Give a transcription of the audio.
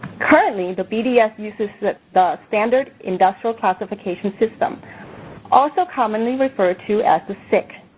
currently the bds uses the the standard industrial classification system also commonly referred to as the sics.